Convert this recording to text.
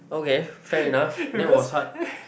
okay fair enough that was hard